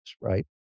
right